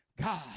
God